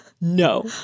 no